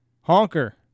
Honker